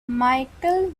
michel